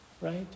Right